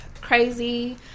crazy